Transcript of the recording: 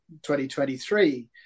2023